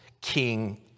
king